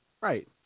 Right